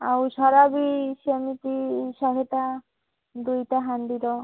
ଆଉ ସରା ବି ସେମିତି ଶହେଟା ଦୁଇଟା ହାଣ୍ଡି ର